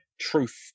Truth